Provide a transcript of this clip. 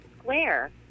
square